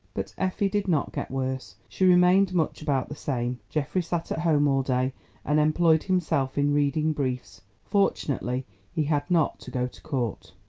but effie did not get worse. she remained much about the same. geoffrey sat at home all day and employed himself in reading briefs fortunately he had not to go to court.